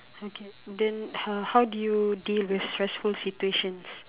okay then uh how how do you deal with stressful situations